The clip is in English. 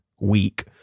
week